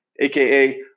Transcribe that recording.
AKA